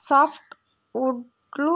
soft వుడ్లు